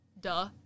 Duh